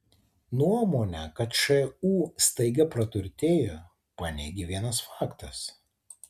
nuomonę kad šu staiga praturtėjo paneigė vienas faktas